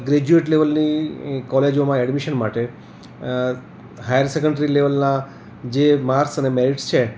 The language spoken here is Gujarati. ગ્રેજયુએટ લેવલની કોલેજોમાં એડમિશન માટે હાયર સેકન્ડરી લેવલના જે માર્કસ અને મેરીટસ છે